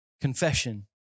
confession